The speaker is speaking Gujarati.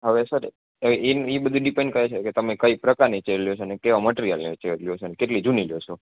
હવે સર ઇ ઇ ઇ બધી ડીપેન કરે છે કે તમે કઈ પ્રકારની ચેર લ્યો છો ને કેવા મટરીયલની ચેર લો છો કેટલી જૂની લો છો